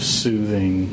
soothing